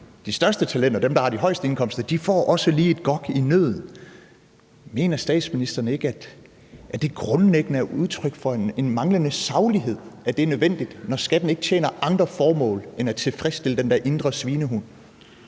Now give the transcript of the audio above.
de største talenter, dem, der har de højeste indkomster, får også lige et gok i nødden. Mener statsministeren ikke, at det grundlæggende er udtryk for en manglende saglighed, at det er nødvendigt, når skatten ikke tjener andre formål end at tilfredsstille den der indre svinehund?